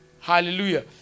Hallelujah